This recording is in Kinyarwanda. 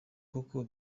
koko